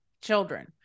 children